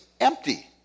empty